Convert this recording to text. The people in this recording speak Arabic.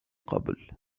قبل